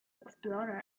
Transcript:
explorer